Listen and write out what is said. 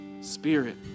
Spirit